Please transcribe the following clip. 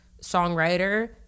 Songwriter